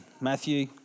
Matthew